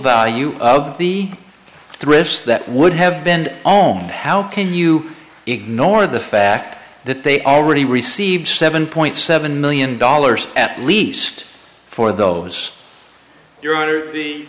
value of the thrifts that would have been oh man how can you ignore the fact that they already received seven point seven million dollars at least for those you're under the